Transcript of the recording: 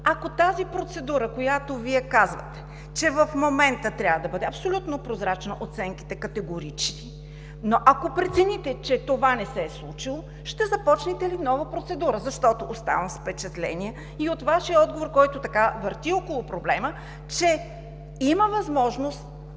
ако тази процедура, която казвате, че в момента трябва да бъде абсолютно прозрачна, оценките категорични, но ако прецените, че това не се е случило, ще започнете ли нова процедура? Оставам с впечатление – и от Вашия отговор, който върти около проблема, че има възможност